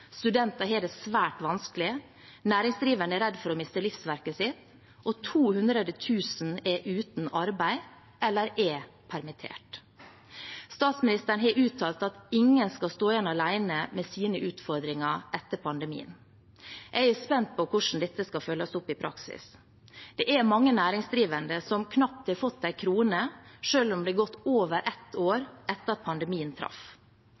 Studenter har det svært vanskelig. Næringsdrivende er redde for å miste livsverket sitt. 200 000 er uten arbeid eller er permittert. Statsministeren har uttalt at ingen skal stå igjen alene med sine utfordringer etter pandemien. Jeg er spent på hvordan dette skal følges opp i praksis. Det er mange næringsdrivende som knapt har fått én krone selv om det har gått over ett år siden pandemien traff.